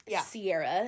Sierra